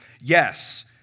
yes